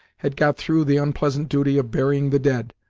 had got through the unpleasant duty of burying the dead,